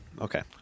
okay